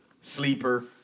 Sleeper